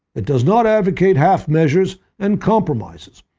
it does not advocate half measures and compromises.